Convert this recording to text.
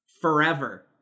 forever